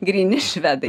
gryni švedai